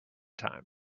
time